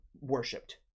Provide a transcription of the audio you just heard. worshipped